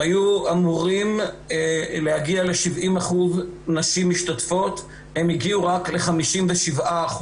הם היו אמורים להגיע ל-70% נשים משתתפות אך הם הגיעו רק ל-57%.